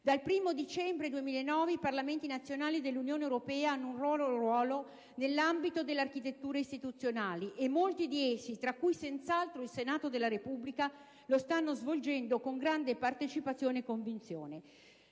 Dal 1° dicembre 2009 i Parlamenti nazionali dell'Unione europea hanno un loro ruolo nell'ambito dell'architettura istituzionale e molti di essi, tra cui senz'altro il Senato della Repubblica, lo stanno svolgendo con grande partecipazione e convinzione.